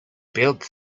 build